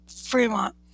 Fremont